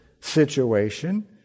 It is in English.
situation